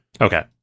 Okay